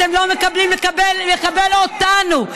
אתם לא מוכנים לקבל אותנו,